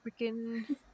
freaking